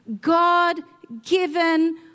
God-given